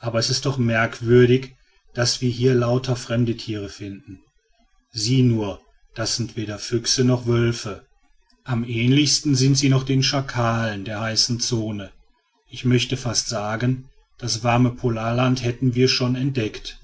aber es ist doch merkwürdig daß wir hier lauter fremde tiere finden sieh nur das sind weder füchse noch wölfe am ähnlichsten sind sie noch den schakalen der heißen zone ich möchte fast sagen das warme polarland hätten wir schon entdeckt